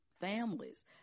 families